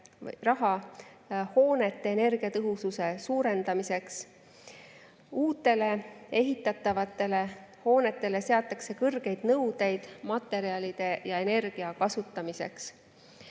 hoonete energiatõhususe suurendamiseks. Uutele ehitatavatele hoonetele seatakse kõrgeid nõudeid materjalide ja energia kasutamisel.